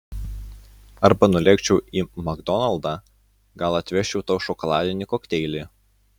arba nulėkčiau į makdonaldą gal atvežčiau tau šokoladinį kokteilį